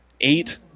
eight